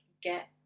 get